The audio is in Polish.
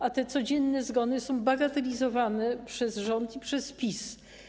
A te codzienne zgony są bagatelizowane przez rząd i przez PiS.